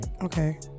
Okay